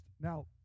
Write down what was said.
Now